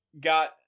got